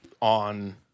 on